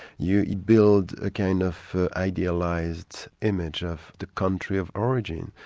you you build a kind of idealised image of the country of origin,